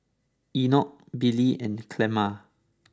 Enoch Billy and Clemma